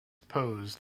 posed